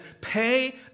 pay